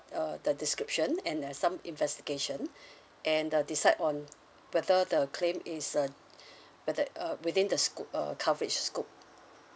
uh the description and uh some investigation and uh decide on whether the claim is uh whether uh within the scope uh coverage scope